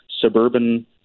suburban